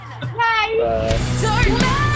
Bye